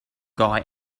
guy